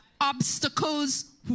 obstacles